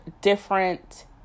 different